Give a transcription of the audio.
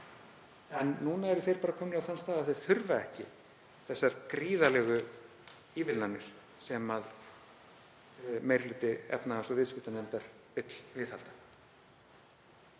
en núna eru þeir komnir á þann stað að þeir þurfa ekki þessar gríðarlegu ívilnanir sem meiri hluti efnahags- og viðskiptanefndar vill viðhalda.